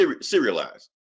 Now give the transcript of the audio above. serialized